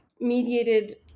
mediated